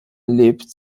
lebt